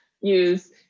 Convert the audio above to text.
use